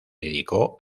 dedicó